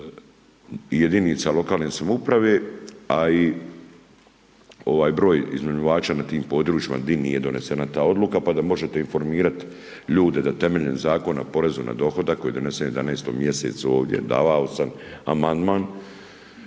jedinica lokalne samouprave a i broj iznajmljivača na tim područjima gdje nije donesena ta odluka pa da možete informirati ljude da temeljem Zakona o porezu na dohodak koji je donesen u 11. mjesecu ovdje, davao sam amandman,